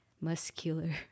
muscular